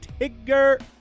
Tigger